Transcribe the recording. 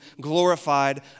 glorified